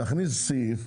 תכניס סעיף,